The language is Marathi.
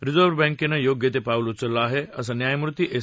रिजर्व्ह बँकेनं योग्य ते पाऊल उचललं आहे असं न्यायमूर्ती एस